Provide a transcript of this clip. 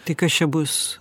tai kas čia bus